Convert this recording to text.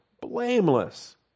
Blameless